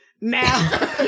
Now